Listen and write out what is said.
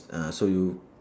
ah so you